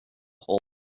whole